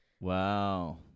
Wow